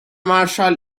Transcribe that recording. marshal